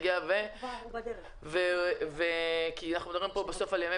יגיע כי אנחנו מדברים פה בסוף על ימי